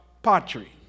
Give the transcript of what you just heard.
Pottery